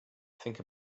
think